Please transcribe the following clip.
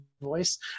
voice